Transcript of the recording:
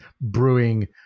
brewing